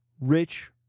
rich